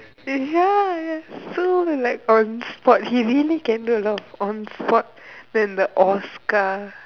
ya ya so like on spot he really can do a lot on spot then the Oscar